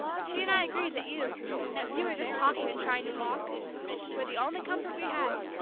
she and i agreed that you you were just talking and trying to walk were the only comfort we had!